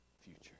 future